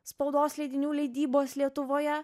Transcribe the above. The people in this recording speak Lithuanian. spaudos leidinių leidybos lietuvoje